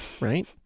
right